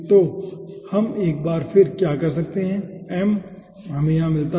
तो हम एक बार फिर क्या कर सकते हैं m हमें यहाँ मिलता है